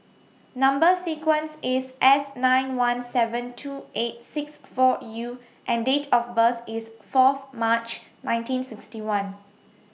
Number sequence IS S nine one seven two eight six four U and Date of birth IS Fourth March nineteen sixty one